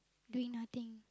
doing nothing